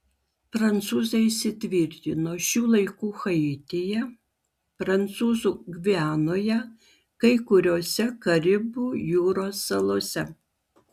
prancūzai įsitvirtino šių laikų haityje prancūzų gvianoje kai kuriose karibų jūros salose